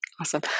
Awesome